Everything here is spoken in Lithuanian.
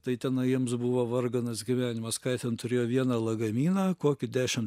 tai tenai jiems buvo varganas gyvenimas ką jie ten turėjo vieną lagaminą kokį dešim